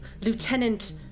Lieutenant